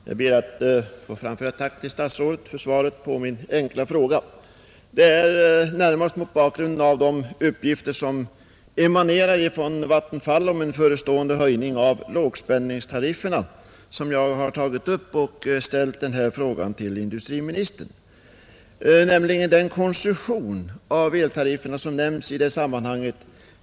Herr talman! Jag ber att få framföra ett tack till statsrådet för svaret på min enkla fråga. Det är närmast mot bakgrund av de uppgifter som emanerar från Vattenfall om en förestående höjning av lågspänningstarifferna som jag har ställt denna fråga till industriministern med anledning av den konstruktion av eltarifferna som nämnts i sammanhanget.